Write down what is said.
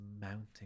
mounting